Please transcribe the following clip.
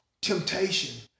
temptation